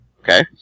Okay